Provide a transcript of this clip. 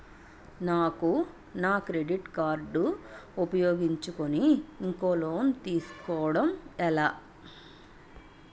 నాకు నా credit card ఉపయోగించుకుని లోన్ తిస్కోడం ఎలా?